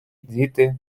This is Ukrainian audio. діти